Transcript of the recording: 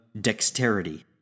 dexterity